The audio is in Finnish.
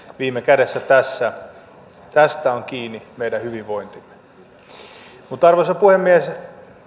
viime kädessä tästä on kiinni meidän hyvinvointimme arvoisa puhemies